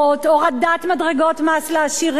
הורדת מדרגות מס לעשירים,